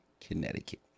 Connecticut